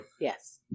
Yes